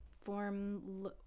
form